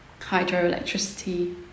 hydroelectricity